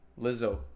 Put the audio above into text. Lizzo